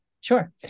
Sure